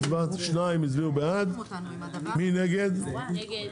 הצבעה 2 בעד, הרביזיה לא